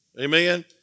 Amen